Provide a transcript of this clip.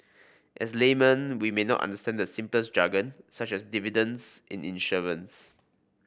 as laymen we may not understand the simplest jargon such as dividends in insurance